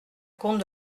compte